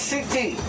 City